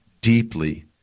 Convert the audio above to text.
deeply